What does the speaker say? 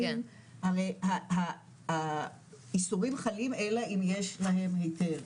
הרי האיסורים חלים אלא אם יש להם היתר,